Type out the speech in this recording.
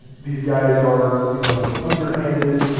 these guys are, you know, underhanded,